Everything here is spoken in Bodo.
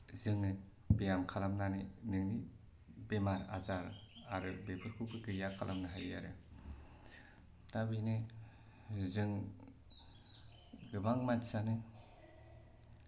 जोङो ब्याम खालामनानै नोंनि बेमार आजार आरो बेफोरखौबो गैया खालामनो हायो दा बेनो जों गोबां मानसियानो